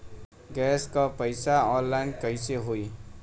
Gas क पैसा online कइसे होई?